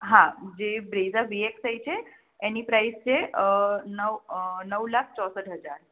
હાં જે Brezza V X I છે એની પ્રાઇઝ છે નવ નવ લાખ ચોસઠ હજાર